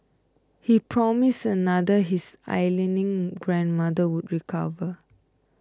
he promised another his ailing grandmother would recover